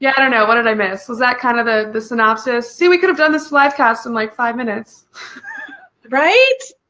yeah don't know, what did i miss? was that kind of the the synopsis see we could have done this live cast in like five minutes right?